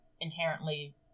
inherently